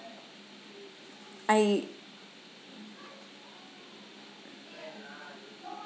I